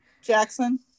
Jackson